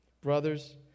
Brothers